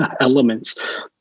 elements